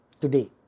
today